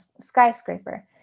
skyscraper